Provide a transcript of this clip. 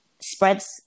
spreads